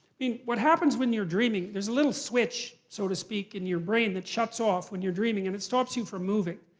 i mean what happens when you're dreaming, there's a little switch, so to speak, in your brain that shuts off when you're dreaming and it stops you from moving.